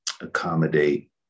accommodate